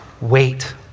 wait